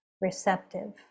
receptive